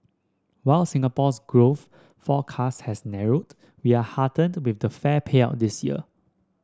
while Singapore's growth forecast has narrowed we are heartened with the fair payout this year